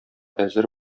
әзер